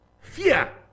Fear